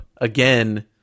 again